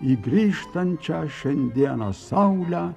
į grįžtančią šiandieną saulę